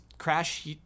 Crash